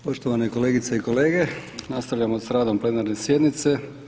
Poštovane kolegice i kolege, nastavljamo s radom plenarne sjednice.